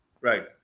right